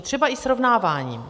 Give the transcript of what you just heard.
Třeba i srovnáváním.